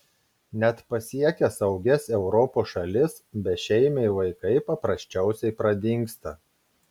net pasiekę saugias europos šalis bešeimiai vaikai paprasčiausiai pradingsta